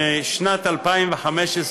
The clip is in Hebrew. בשנת 2015,